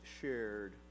shared